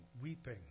weeping